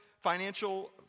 financial